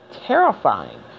terrifying